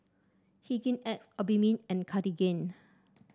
Hygin X Obimin and Cartigain